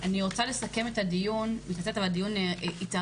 אני רוצה לסכם את הדיון היה חשוב